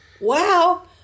Wow